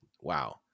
Wow